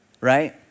Right